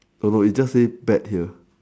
don't know it just say bet here